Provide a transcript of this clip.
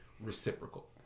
reciprocal